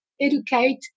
educate